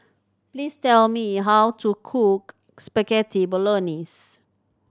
please tell me how to cook Spaghetti Bolognese